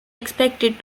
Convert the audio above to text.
expected